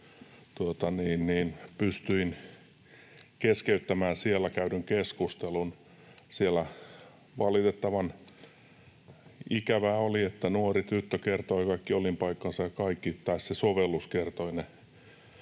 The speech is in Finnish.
pystyin keskeyttämään siellä käydyn keskustelun. Siellä valitettavan ikävää oli, että nuori tyttö kertoi kaiken, olinpaikkansa — tai se sovellus kertoi ne